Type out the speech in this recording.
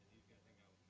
gonna go